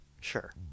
sure